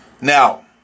Now